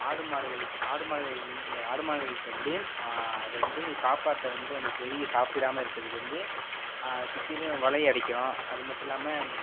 ஆடு மாடுகள் ஆடு மாடுகள் ஆடு மாடுகள்கிட்டேருந்து அது வந்து காப்பாற்ற வந்து அந்த செடியை சாப்பிடாமல் இருக்கிறதுக்கு வந்து சுற்றிலும் வலையடிக்கிறோம் அது மட்டும் இல்லாமல்